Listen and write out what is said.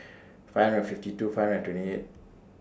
five hundred fifty two five hundred twenty eight